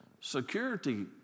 security